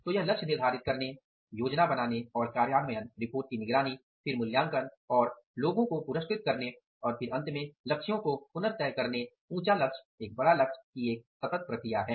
तो यह लक्ष्य निर्धारित करने योजना बनाने और कार्यान्वयन रिपोर्ट की निगरानी फिर मूल्यांकन और लोगों को पुरस्कृत करने और फिर अंत में लक्ष्यों को पुनः तय करने ऊँचा लक्ष्य एक बड़ा लक्ष्य की एक सतत प्रक्रिया है